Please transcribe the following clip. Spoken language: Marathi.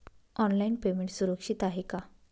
ऑनलाईन पेमेंट सुरक्षित आहे का?